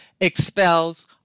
expels